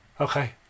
Okay